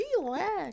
relax